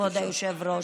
כבוד היושב-ראש.